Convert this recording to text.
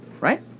right